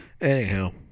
anyhow